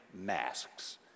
masks